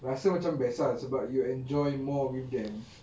rasa macam best ah sebab you enjoy more with them